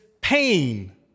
pain